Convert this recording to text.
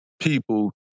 people